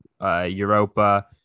Europa